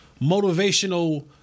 motivational